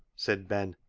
said ben,